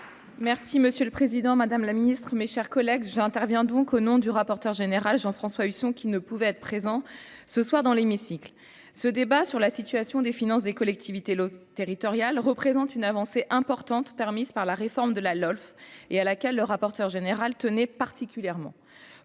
Merci monsieur le Président, Madame la Ministre, mes chers collègues j'intervient donc au nom du rapporteur général Jean-François Husson qui ne pouvait être présent ce soir dans l'hémicycle ce débat sur la situation des finances des collectivités territoriale représente une avancée importante permise par la réforme de la LOLF et à laquelle le rapporteur général tenait particulièrement